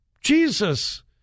Jesus